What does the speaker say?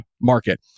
market